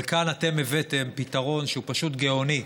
אבל כאן אתם הבאתם פתרון שהוא פשוט גאוני,